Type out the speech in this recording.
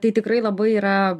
tai tikrai labai yra